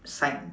sign